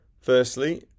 Firstly